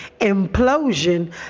implosion